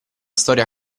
storia